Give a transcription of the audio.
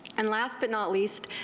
and last but not least,